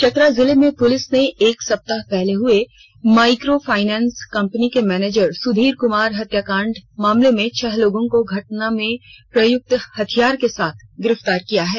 चतरा जिले में पुलिस ने एक सप्ताह पहले हए माइक्रो फाइनेंस कंपनी के मैनेजर सुधीर कुमार हत्याकांड मामले में छह लोगों को घटना में प्रयुक्त हथियार के साथ गिरफ्तार किया है